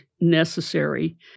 necessary